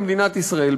במדינת ישראל,